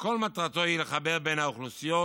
שכל מטרתו היא לחבר בין האוכלוסיות,